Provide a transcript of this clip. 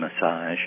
massage